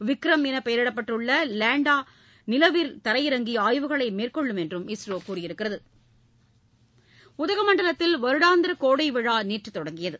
விக்ரம் என்று பெயரிடப்பட்டுள்ள லேண்டர் நிலவில் தரையிறங்கி ஆய்வுகளை மேற்கொள்ளும் என்று இஸ்ரோ தெரிவித்துள்ளது உதகமண்டலத்தில் வருடாந்திர கோடை விழா நேற்று தொடங்கியது